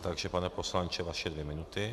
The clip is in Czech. Takže pane poslanče, vaše dvě minuty.